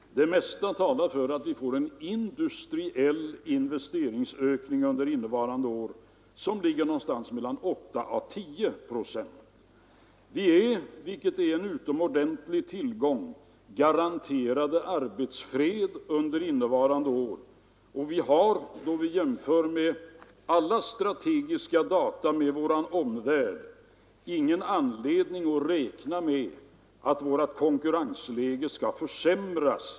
Det mesta talar för att vi får en industriell investeringsökning under innevarande år som ligger någonstans mellan 8 och 10 procent. Vi är, vilket är en utomordentlig tillgång, garanterade arbetsfred under året. Vi har — då vi jämför alla strategiska data med vår omvärld — ingen anledning att räkna med att vårt konkurrensläge skall försämras.